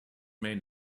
main